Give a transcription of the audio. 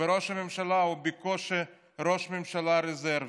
וראש הממשלה הוא בקושי ראש ממשלה רזרבי,